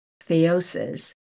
theosis